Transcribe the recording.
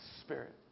Spirit